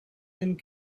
and